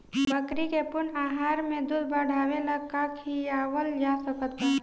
बकरी के पूर्ण आहार में दूध बढ़ावेला का खिआवल जा सकत बा?